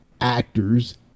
actors